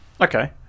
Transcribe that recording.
okay